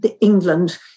England